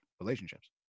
relationships